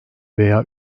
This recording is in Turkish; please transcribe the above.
veya